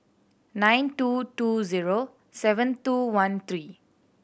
nine two two zero seven two one three